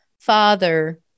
Father